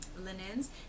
linens